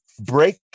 break